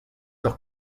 doch